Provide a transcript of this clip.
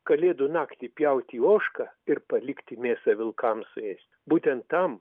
kalėdų naktį pjauti ožką ir palikti mėsą vilkams suėsti būtent tam